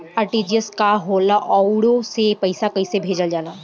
RTGS का होला आउरओ से पईसा कइसे भेजल जला?